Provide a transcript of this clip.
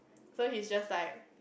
so he's just like